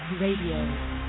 Radio